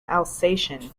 alsatian